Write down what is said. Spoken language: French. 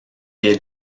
est